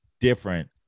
different